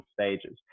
stages